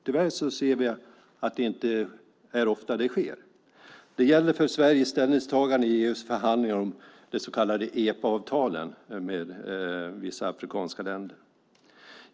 Tyvärr ser vi att det inte är ofta som det sker. Det gäller för Sveriges ställningstagande i just förhandlingar om de så kallade EPA-avtalen med vissa afrikanska länder.